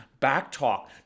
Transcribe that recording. backtalk